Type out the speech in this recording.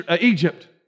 Egypt